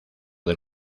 del